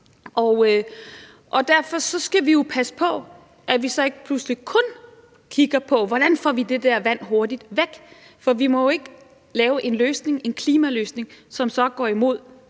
og derfor skal vi jo passe på, at vi ikke pludselig kun kigger på, hvordan vi får det der vand hurtigt væk. For vi må jo ikke lave en klimaløsning, som så går imod